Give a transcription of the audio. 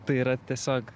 tai yra tiesiog